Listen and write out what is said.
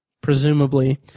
presumably